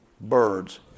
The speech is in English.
Birds